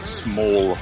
small